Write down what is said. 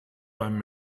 beim